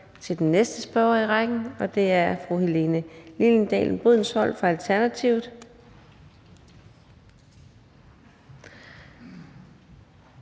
til den næste spørger i rækken, og det er fru Helene Liliendahl Brydensholt fra Alternativet.